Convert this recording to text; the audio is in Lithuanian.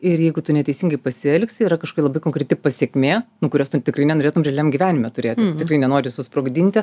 ir jeigu tu neteisingai pasielgsi yra kažkokia labai konkreti pasekmė nu kurios tu tikrai nenorėtum realiam gyvenime turėt tikrai nenori susprogdinti